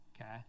okay